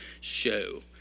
show